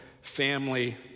family